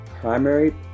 primary